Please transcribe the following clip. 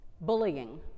Bullying